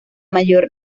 mayor